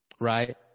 right